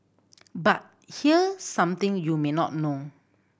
but here something you may not know